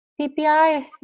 PPI